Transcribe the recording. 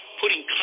putting